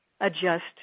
adjust